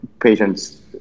patients